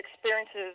experiences